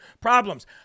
problems